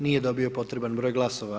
Nije dobio potreban broj glasova.